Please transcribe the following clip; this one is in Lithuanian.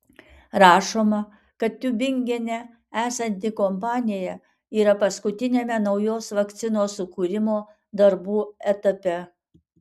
rašoma kad tiubingene esanti kompanija yra paskutiniame naujos vakcinos sukūrimo darbų etape